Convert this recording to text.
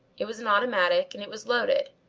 it was an automatic and it was loaded.